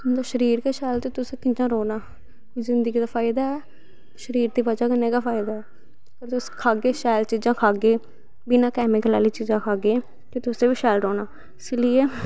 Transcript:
तुंदी शरीर गै नी शैल ते तुसैं कियां रौह्ना जिन्दगी दी फायदा ऐ शरीर दी बजा कन्नै गै फायदा ऐ अगर तुस खाह्गे शैल चीजां खाह्गे बिना कैमीकलस आह्ली चीजां खाह्गे ते तुसें बी शैल रौह्ना इस लेई